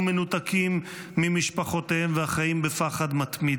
מנותקים ממשפחותיהם והחיים בפחד מתמיד.